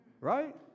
right